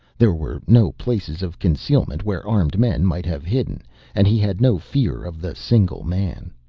there were no places of concealment where armed men might have hidden and he had no fear of the single man.